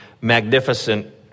magnificent